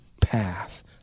path